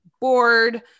bored